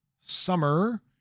summer